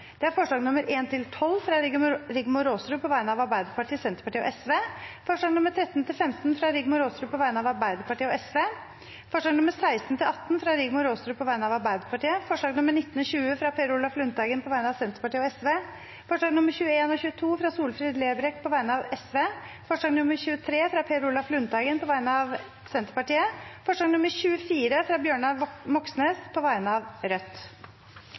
alt 24 forslag. Det er forslagene nr. 1–12, fra Rigmor Aasrud på vegne av Arbeiderpartiet, Senterpartiet og Sosialistisk Venstreparti forslagene nr. 13–15, fra Rigmor Aasrud på vegne av Arbeiderpartiet og Sosialistisk Venstreparti forslagene nr. 16–18, fra Rigmor Aasrud på vegne av Arbeiderpartiet forslagene nr. 19 og 20, fra Per Olaf Lundteigen på vegne av Senterpartiet og Sosialistisk Venstreparti forslagene nr. 21 og 22, fra Solfrid Lerbrekk på vegne av Sosialistisk Venstreparti forslag nr. 23, fra Per Olaf Lundteigen på vegne av Senterpartiet forslag nr. 24, fra Bjørnar Moxnes på vegne av Rødt